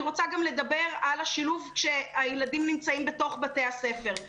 אני רוצה גם לדבר על השילוב כשהילדים נמצאים בתוך בית הספר.